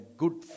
good